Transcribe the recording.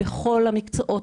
בכל המקצועות,